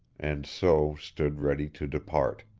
and so stood ready to depart.